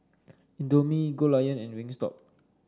Indomie Goldlion and Wingstop